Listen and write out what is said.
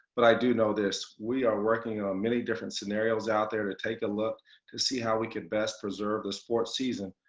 but i do know this. we are working on many different scenarios out there to take a look to see how we can best preserve the sports season.